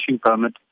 permit